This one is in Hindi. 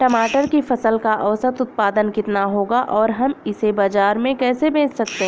टमाटर की फसल का औसत उत्पादन कितना होगा और हम इसे बाजार में कैसे बेच सकते हैं?